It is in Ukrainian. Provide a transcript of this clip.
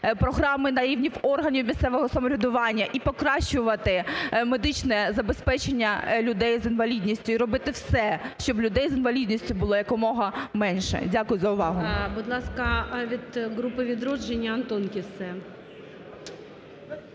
програми на рівні органів місцевого самоврядування – і покращувати медичне забезпечення людей з інвалідністю, і робити все, щоб людей з інвалідністю було якомога менше. Дякую за увагу.